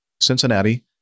Cincinnati